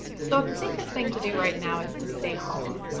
so like the safest thing to do right now is to stay home.